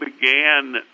began